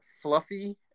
Fluffy